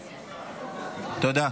תודה.